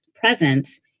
presence